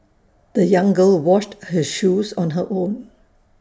the young girl washed her shoes on her own